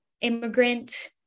immigrant